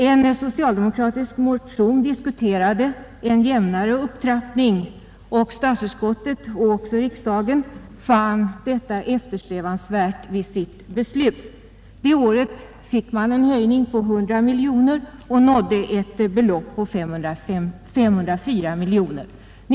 En socialdemokratisk ,motion diskuterade en jämnare upptrappning, och statsutskottet och även riksdagen fann detta eftersträvansvärt. Vi fattade även ett beslut därom. Det året fick vi en höjning med 100 miljoner kronor och nådde ett belopp på 504 miljoner kronor.